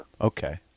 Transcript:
Okay